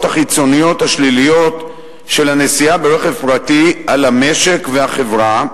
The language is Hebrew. החיצוניות השליליות של הנסיעה ברכב פרטי על המשק והחברה,